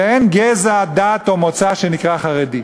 שאין גזע, דת או מוצא שנקרא "חרדי".